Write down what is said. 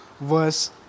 verse